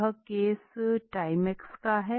यह case Timex का है